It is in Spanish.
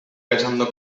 pensando